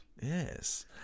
Yes